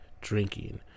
drinking